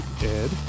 Ed